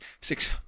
six